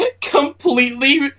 Completely